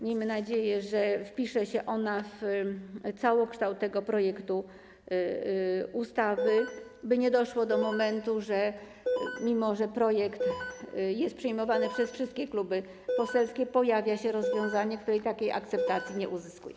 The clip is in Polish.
Miejmy nadzieję, że wpisze się ona w całokształt tego projektu ustawy, by nie doszło do momentu, w którym, mimo że projekt jest przyjmowany przez wszystkie kluby poselskie, pojawia się rozwiązanie, które takiej akceptacji nie uzyskuje.